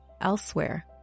elsewhere